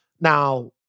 Now